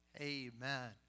Amen